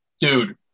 dude